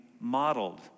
modeled